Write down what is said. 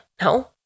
No